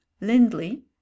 lindley